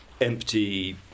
empty